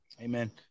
amen